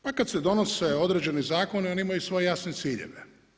Pa kad se donose određeni zakoni, oni imaju svoje jasne ciljeve.